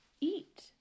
eat